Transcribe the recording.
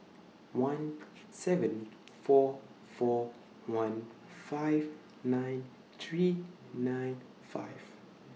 one seven four four one five nine three nine five